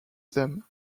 them